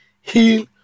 heal